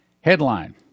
Headline